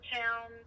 town